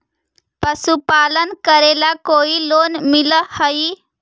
पशुपालन करेला कोई लोन मिल हइ?